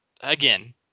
again –